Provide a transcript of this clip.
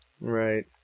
Right